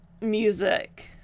music